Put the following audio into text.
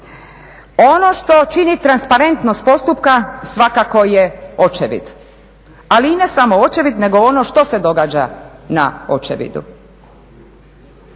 Ono što čini transparentnost postupka svakako je očevid, ali i ne samo očevid nego ono što se događa na očevidu.